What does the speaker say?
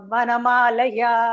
Manamalaya